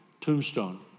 tombstone